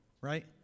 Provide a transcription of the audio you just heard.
right